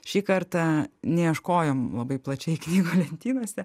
šį kartą neieškojom labai plačiai knygų lentynose